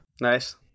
Nice